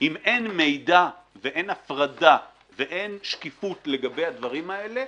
אם אין מידע ואיין הפרדה ואין שקיפות לגבי הדברים האלה,